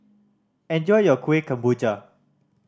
enjoy your Kueh Kemboja